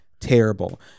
terrible